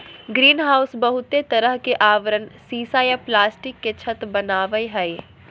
greenhouse बहुते तरह के आवरण सीसा या प्लास्टिक के छत वनावई हई